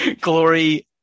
Glory